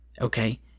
okay